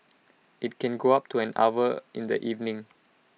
IT can go up to an hour in the evening